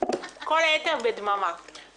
נכון, בלעדיי גם לא יוכלו לכנס אותן וזה לא משנה.